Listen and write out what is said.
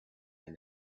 and